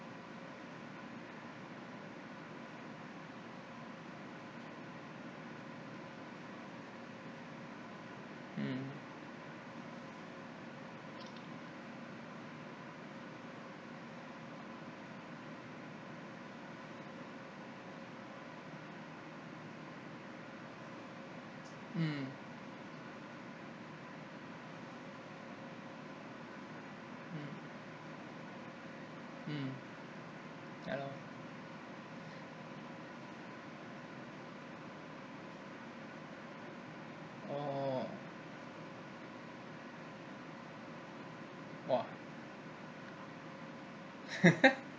mm mm mm yeah lor oh !wah!